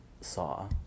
saw